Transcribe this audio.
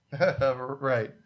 Right